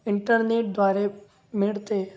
इंटरनेटद्वारे मिळते